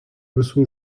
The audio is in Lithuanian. visų